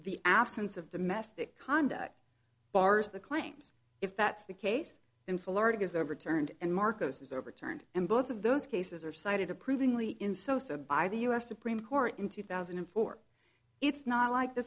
the absence of domestic conduct bars the claims if that's the case in florida is overturned and marcos is overturned and both of those cases are cited approvingly in sosa by the u s supreme court in two thousand and four it's not like the